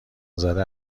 زده